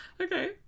Okay